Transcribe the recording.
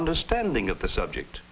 understanding of the subject